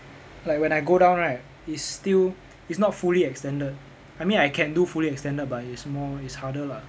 like when I go down right it's still it's not fully extended I mean I can do fully extended but it's more it's harder lah